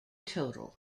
total